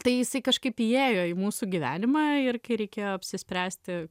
tai jisai kažkaip įėjo į mūsų gyvenimą ir kai reikėjo apsispręsti